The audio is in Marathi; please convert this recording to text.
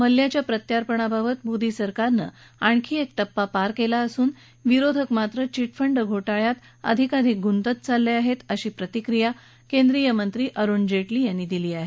मल्ल्याच्या प्रत्यार्पणाबाबत मोदी सरकारनं आणखी एक टप्पा पार केला असून विरोधक मात्र विटफंड घोटाळ्यात अधिकाधिक गुंतत चालले आहेत अशी प्रतिक्रिया केंद्रीय मंत्री अरुण जेटली यांनी दिली आहे